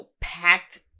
packed